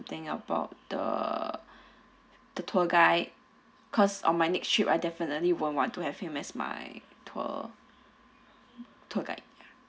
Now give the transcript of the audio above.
thing about the the tour guide cause on my next trip I definitely won't want to have him as my tour tour guide